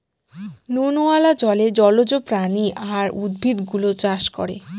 নুনওয়ালা জলে জলজ প্রাণী আর উদ্ভিদ গুলো চাষ করে